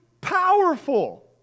powerful